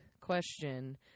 question